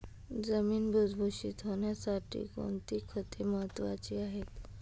जमीन भुसभुशीत होण्यासाठी कोणती खते महत्वाची आहेत?